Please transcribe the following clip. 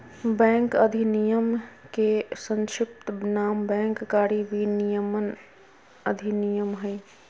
bank अधिनयम के संक्षिप्त नाम बैंक कारी विनयमन अधिनयम हइ